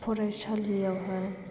फरायसालियावहाय